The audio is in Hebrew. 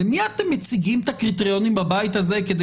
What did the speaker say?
למי אתם מציגים את הקריטריונים בבית הזה כדי